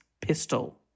pistol